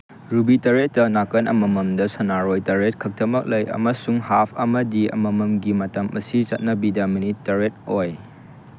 ruby ꯇꯔꯦꯠꯇ ꯅꯥꯀꯟ ꯑꯃꯃꯝꯗ ꯁꯥꯟꯅꯔꯣꯏ ꯇꯔꯦꯠ ꯈꯛꯇꯃꯛ ꯂꯩ ꯑꯃꯁꯨꯡ ꯍꯥꯐ ꯑꯃꯗꯤ ꯑꯃꯃꯝꯒꯤ ꯃꯇꯝ ꯑꯁꯤ ꯆꯠꯅꯕꯤꯗ ꯃꯤꯅꯤꯠ ꯇꯔꯦꯠ ꯑꯣꯏ